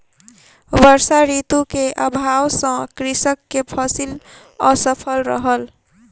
वर्षा ऋतू के अभाव सॅ कृषक के फसिल असफल रहल